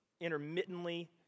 intermittently